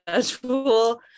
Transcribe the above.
schedule